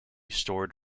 stored